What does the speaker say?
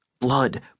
Blood